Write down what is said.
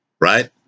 right